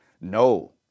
No